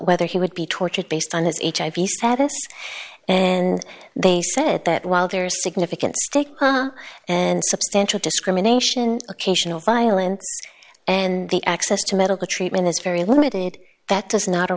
whether he would be tortured based on his hiv status and they said that while there is significant and substantial discrimination occasional violence and the access to medical treatment is very limited that does not a